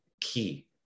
key